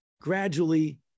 gradually